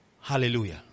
Hallelujah